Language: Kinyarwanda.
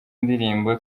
ndirimbo